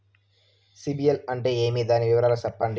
సిబిల్ అంటే ఏమి? దాని వివరాలు సెప్పండి?